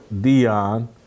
Dion